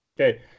Okay